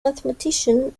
mathematician